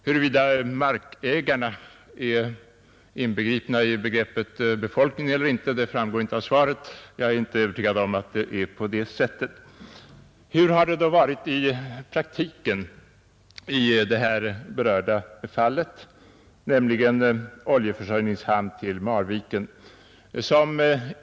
Huruvida markägarna är inbegripna i begreppet befolkning framgår inte av svaret. Jag är inte övertygad om att det är på det sättet. Hur har det då varit i praktiken i detta berörda fall, nämligen en oljeförsörjningshamn för Marviken?